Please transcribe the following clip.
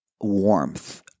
warmth